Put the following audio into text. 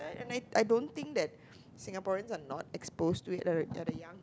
and I don't think that Singaporeans are not exposed to it like they're the young